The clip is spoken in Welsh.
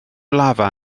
lafa